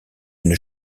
une